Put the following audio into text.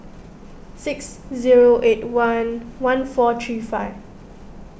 six zero eight one one four three five